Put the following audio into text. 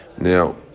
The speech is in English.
Now